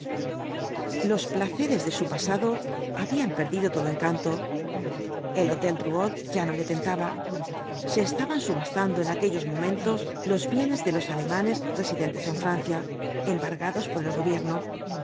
los placeres de su pasado habían perdido todo encanto el hotel drouot ya no le tentaba se estaban subastando en aquellos momentos los bienes de los alemanes residentes en francia embargados por el gobierno